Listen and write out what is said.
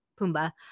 Pumbaa